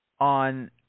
on